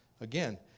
Again